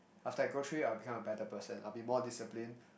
after I go through it I will become a better person I will be more disciplined